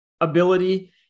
ability